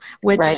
which-